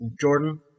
Jordan